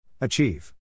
Achieve